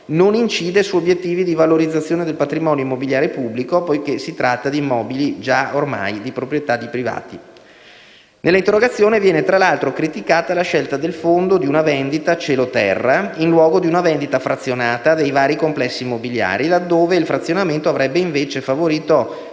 non incide su obiettivi di valorizzazione del patrimonio immobiliare pubblico poiché si tratta di immobili ormai di proprietà di privati. Nell'interrogazione viene tra l'altro criticata la scelta del Fondo di una vendita cielo-terra in luogo di una vendita frazionata dei vari complessi immobiliari, laddove il frazionamento avrebbe invece favorito